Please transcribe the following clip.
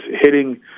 hitting